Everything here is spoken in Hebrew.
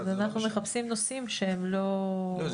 אנחנו מחפשים נושאים שהם לא --- לא,